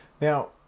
Now